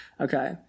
Okay